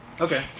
Okay